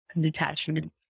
detachment